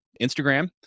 Instagram